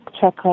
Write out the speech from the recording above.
Check